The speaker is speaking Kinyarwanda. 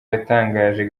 yatangaje